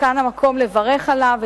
שכאן המקום לברך עליו.